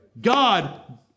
God